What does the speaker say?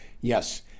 yes